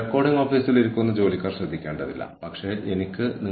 നമ്മളുടെ ജീവനക്കാർ പെരുമാറുന്ന രീതി സ്റ്റാൻഡേർഡൈസ് ചെയ്യുകയല്ല നമ്മൾ ലക്ഷ്യമിടുന്നത്